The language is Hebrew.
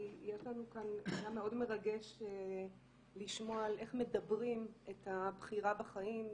כי היה מאוד מרגש לשמוע על איך מדברים את הבחירה בחיים.